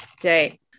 day